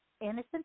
innocent